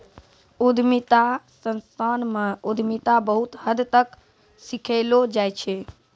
उद्यमिता संस्थान म उद्यमिता बहुत हद तक सिखैलो जाय छै